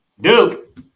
Duke